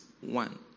One